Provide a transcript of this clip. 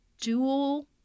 dual